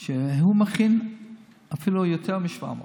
שהוא יכין אפילו ליותר מ-700,